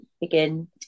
begin